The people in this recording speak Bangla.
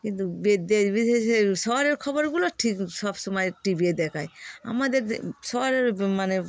কিন্তু বে দেশ বিদেশের শহরের খবরগুলো ঠিক সবসময় টি ভিতে দেখায় আমাদের শহরের মানে